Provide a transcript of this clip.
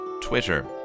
Twitter